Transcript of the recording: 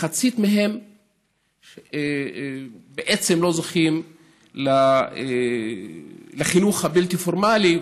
מחצית מהם בעצם לא זוכים לחינוך בלתי פורמלי,